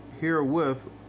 herewith